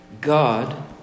God